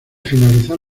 finalizar